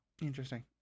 Interesting